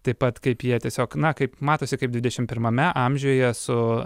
taip pat kaip jie tiesiog na kaip matosi kaip dvidešim pirmame amžiuje su